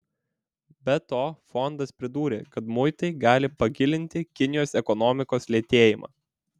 be to fondas pridūrė kad muitai gali pagilinti kinijos ekonomikos lėtėjimą